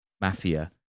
Mafia